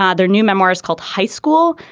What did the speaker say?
um their new memoir is called high school.